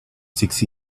six